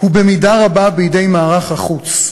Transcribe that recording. היא במידה רבה בידי מערך החוץ.